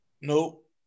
Nope